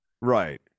Right